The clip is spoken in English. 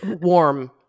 Warm